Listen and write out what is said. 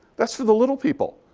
that's for the little people.